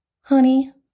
honey